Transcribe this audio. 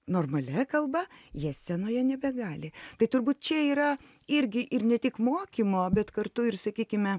normalia kalba jie scenoje nebegali tai turbūt čia yra irgi ir ne tik mokymo bet kartu ir sakykime